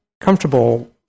comfortable